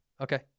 Okay